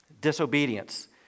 Disobedience